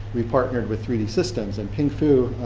we partnered with three d systems and ping fu,